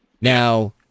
Now